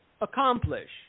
accomplish